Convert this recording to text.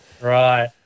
Right